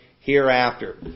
hereafter